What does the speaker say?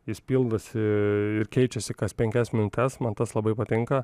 jis pildosi ir keičiasi kas penkias minutes man tas labai patinka